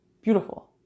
beautiful